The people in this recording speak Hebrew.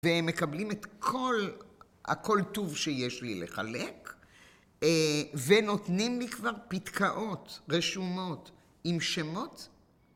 ומקבלים את כל, הכל טוב שיש לי לחלק ונותנים לי כבר פתקאות, רשומות עם שמות?